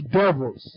devils